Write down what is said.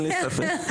אני לא מאמין בכפייה.